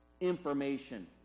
information